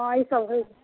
हँ ईसभ होइ छै